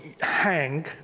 hang